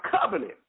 covenant